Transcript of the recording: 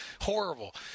horrible